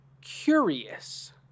curious